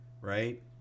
right